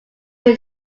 will